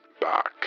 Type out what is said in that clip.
back